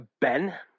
Ben